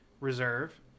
Reserve